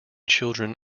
children